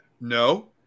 No